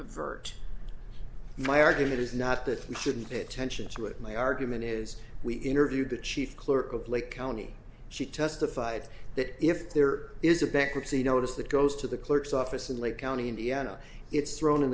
avert my argument is not that we shouldn't pay attention to it my argument is we interviewed the chief clerk of lake county she testified that if there is a bankruptcy notice that goes to the clerk's office in lake county indiana it's thrown in